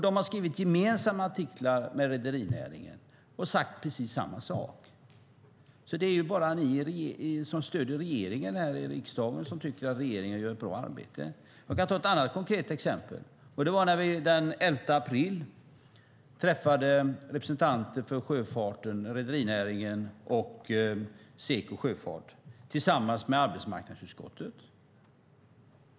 De har skrivit gemensamma artiklar med rederinäringen och sagt precis samma sak. Det är bara ni här i riksdagen som stöder regeringen som tycker att regeringen gör ett bra arbete. Jag kan ta ett annat konkret exempel. Det var när vi den 11 april träffade representanter för sjöfarten, rederinäringen och Seko sjöfart tillsammans med arbetsmarknadsutskottet.